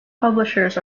publishers